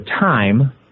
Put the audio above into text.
time